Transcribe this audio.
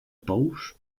pous